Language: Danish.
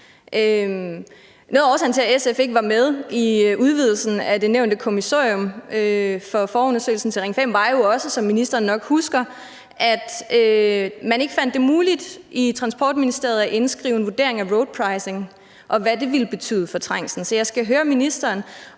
Noget af årsagen til, at SF ikke var med i udvidelsen af det nævnte kommissorium fra forundersøgelsen til Ring 5, var jo også, som ministeren nok husker, at man ikke fandt det muligt i Transportministeriet at indskrive en vurdering af roadpricing, og hvad det ville betyde for trængslen. Så jeg skal høre ministeren,